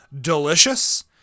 delicious